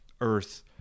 Earth